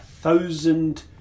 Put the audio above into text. thousand